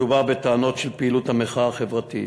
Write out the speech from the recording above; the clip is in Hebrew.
מדובר בטענות של פעילות המחאה החברתית